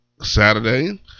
Saturday